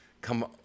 come